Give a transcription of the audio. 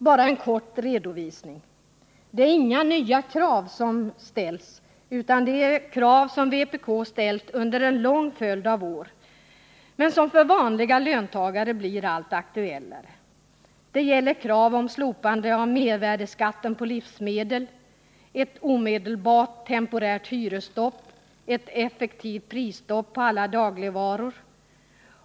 Bara en kort redovisning: Det är inga nya krav som ställs utan det är krav som vpk ställt under en lång följd av år, men som för vanliga löntagare blir alltmer aktuella. Det gäller krav på slopande av mervärdeskatten på livsmedel, ett omedelbart temporärt hyresstopp, ett effektivt prisstopp på alla dagligvaror.